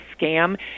scam